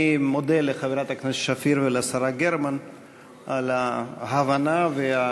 אני מודה לחברת הכנסת שפיר ולשרה גרמן על ההבנה ועל